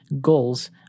goals